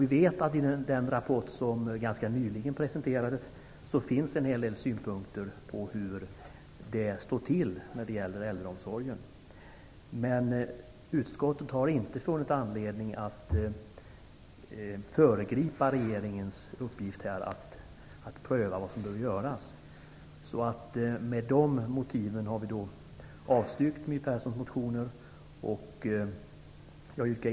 I den rapport som ganska nyligen presenterades finns det en hel del synpunkter på hur det står till när det gäller äldreomsorgen. Men utskottet har inte funnit anledning att föregripa regeringens uppgift att pröva vad som behöver göras. Med dessa motiv har vi avstyrkt My Perssons motioner.